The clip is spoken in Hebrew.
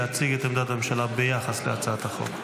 להציג את עמדת הממשלה ביחס להצעת החוק.